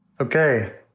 Okay